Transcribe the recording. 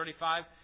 35